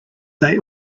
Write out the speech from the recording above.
they